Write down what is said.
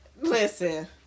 listen